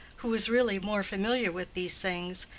who was really more familiar with these things,